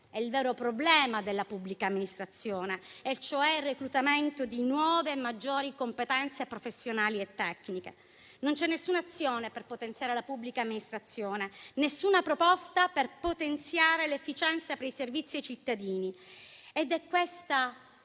e il vero problema della pubblica amministrazione: il reclutamento di nuove e maggiori competenze professionali e tecniche. Non c'è alcuna azione per potenziare la pubblica amministrazione; alcuna proposta per potenziare l'efficienza dei servizi ai cittadini.